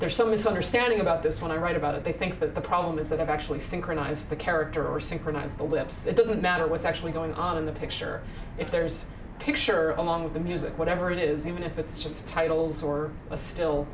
there's some misunderstanding about this when i write about it they think that the problem is that they've actually synchronize the character or synchronize the lips it doesn't matter what's actually going on in the picture if there's a picture of one of the music whatever it is even if it's just titles or a still